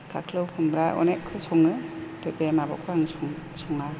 खाख्लौ खुमब्रा अनेखखौ सङो खिन्थु बे माबाखौ आं सङा